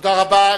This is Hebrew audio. תודה רבה.